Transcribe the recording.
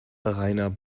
rainer